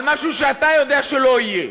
במשהו שאתה יודע שלא יהיה,